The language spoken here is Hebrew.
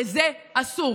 וזה אסור.